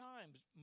times